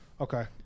Okay